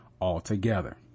altogether